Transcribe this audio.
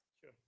sure